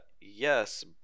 yes